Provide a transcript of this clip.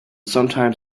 sometimes